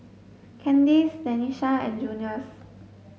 Kandice Denisha and Junious